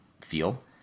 feel